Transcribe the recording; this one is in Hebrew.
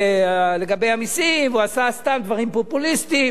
ולגבי המסים, והוא עשה סתם דברים פופוליסטיים.